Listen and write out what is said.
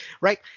right